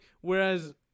Whereas